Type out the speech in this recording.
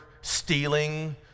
stealing